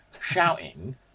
shouting